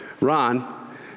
Ron